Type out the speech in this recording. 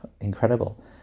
incredible